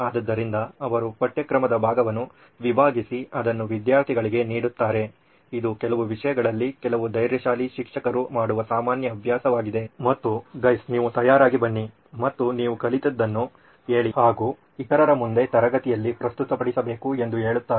ಆದ್ದರಿಂದ ಅವರು ಪಠ್ಯಕ್ರಮದ ಭಾಗವನ್ನು ವಿಭಾಗಿಸಿ ಅದನ್ನು ವಿದ್ಯಾರ್ಥಿಗಳಿಗೆ ನೀಡುತ್ತಾರೆ ಇದು ಕೆಲವು ವಿಷಯಗಳಲ್ಲಿ ಕೆಲವು ಧೈರ್ಯಶಾಲಿ ಶಿಕ್ಷಕರು ಮಾಡುವ ಸಾಮಾನ್ಯ ಅಭ್ಯಾಸವಾಗಿದೆ ಮತ್ತು ಗೈಸ್ ನೀವು ತಯಾರಾಗಿ ಬನ್ನಿ ಮತ್ತು ನೀವು ಕಲಿತದ್ದನ್ನು ಹೇಳಿ ಹಾಗೂ ಇತರರ ಮುಂದೆ ತರಗತಿಯಲ್ಲಿ ಪ್ರಸ್ತುತಪಡಿಸಬೇಕು ಎಂದು ಹೇಳುತ್ತಾರೆ